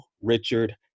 Richard